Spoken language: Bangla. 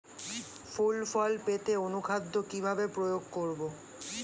ফুল ফল পেতে অনুখাদ্য কিভাবে প্রয়োগ করব?